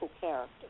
character